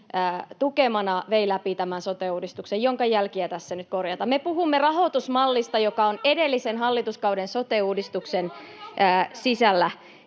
tukemana vei läpi tämän sote-uudistuksen, jonka jälkiä tässä nyt korjataan. [Krista Kiuru: Ette korjaa mitään!] Me puhumme rahoitusmallista, joka on edellisen hallituskauden sote-uudistuksen sisällä,